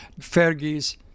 Fergie's